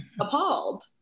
appalled